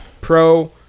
pro